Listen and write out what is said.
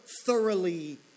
thoroughly